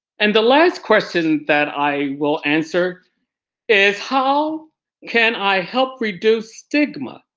and the last question that i will answer is how can i help reduce stigma